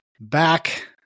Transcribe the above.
Back